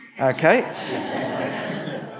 Okay